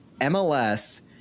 MLS